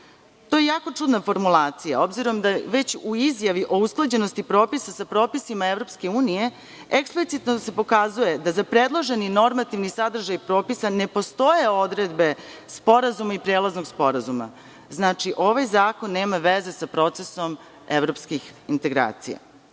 To je jako čudna formulacija, obzirom da se već u izjavi o usklađenosti propisa sa propisima EU eksplicitno pokazuje da za predloženi normativni sadržaj propisa ne postoje odredbe sporazuma i prelaznog sporazuma. Znači, ovaj zakon nema veze sa procesom evropskih integracija.U